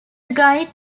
guide